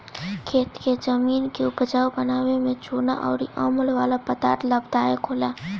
खेत के जमीन के उपजाऊ बनावे में चूना अउर अमल वाला पदार्थ लाभदायक होला